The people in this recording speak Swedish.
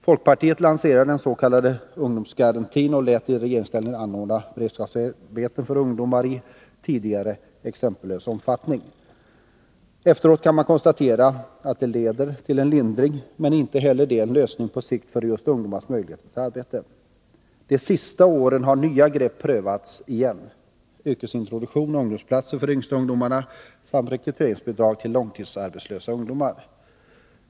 Folkpartiet lanserade den s.k. ungdomsgarantin och lät i regeringsställning anordna beredskapsarbeten för ungdomar i en omfattning som saknade tidigare motstycke. Efteråt kan man konstatera att det blir en lindring, men inte heller det är en lösning på sikt för just ungdomarnas möjlighet till arbete. De sista åren har nya grepp prövats igen: yrkesintroduktion och ungdomsplatser för de yngsta ungdomarna samt rekryteringsbidrag för långtidsarbetslösa ungdomar.